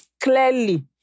clearly